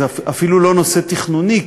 זה אפילו לא נושא תכנוני,